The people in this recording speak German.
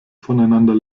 voneinander